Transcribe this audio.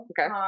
Okay